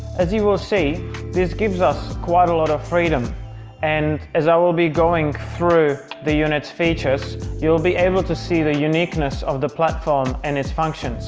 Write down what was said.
as you will see this gives us quite a lot of freedom and as i will be going through the unit's features you'll be able to see the uniqueness of the platform and its functions